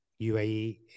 uae